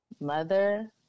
mother